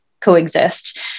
coexist